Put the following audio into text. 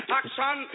action